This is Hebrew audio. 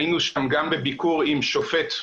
היינו שם בביקור עם שופט,